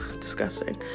disgusting